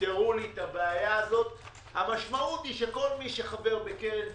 תפתרו לי את הבעיה הזאת - המשמעות היא שכל מי שחבר בקרן פנסיה,